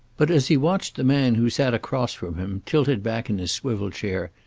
but, as he watched the man who sat across from him, tilted back in his swivel chair,